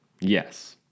Yes